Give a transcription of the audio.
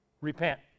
repent